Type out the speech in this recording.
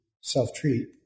self-treat